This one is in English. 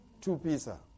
two-pizza